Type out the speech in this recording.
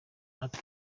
ati